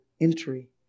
entry